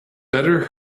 better